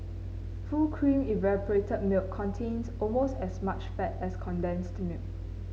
full cream evaporated milk contains almost as much fat as condensed milk